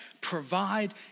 provide